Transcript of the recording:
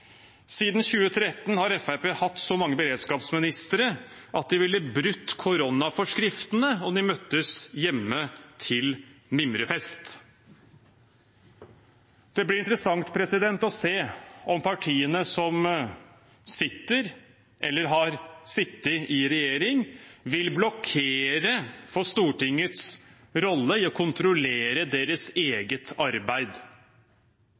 2013 har Frp hatt så mange beredskapsministre at de ville brutt koronaforskriftene om de møttes hjemme til mimrefest.» Det blir interessant å se om partiene som sitter eller har sittet i regjering, vil blokkere Stortingets rolle i å kontrollere deres